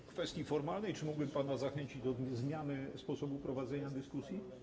W kwestii formalnej: Czy mógłbym pana zachęcić do zmiany sposobu prowadzenia dyskusji?